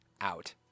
out